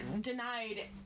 denied